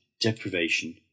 deprivation